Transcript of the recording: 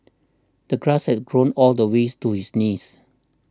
the grass had grown all the ways to his knees